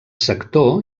sector